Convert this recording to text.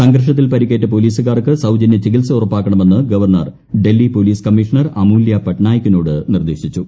സംഘർഷത്തിൽ പരിക്കേറ്റ പോലീസുകാർക്ക് സൌജന്യ ചികിത്സ ഉറപ്പാക്കണമെന്ന് governor Delhi police commissioner Amulya പട്നായികിനോട് നിർദ്ദേശിച്ചു